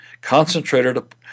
concentrated